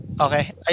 Okay